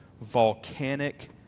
volcanic